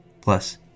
Plus